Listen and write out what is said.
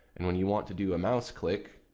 and when you want to do a mouse click,